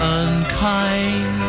unkind